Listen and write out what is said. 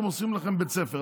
הם עושים לכם בית ספר.